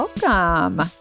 Welcome